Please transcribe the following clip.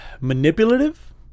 manipulative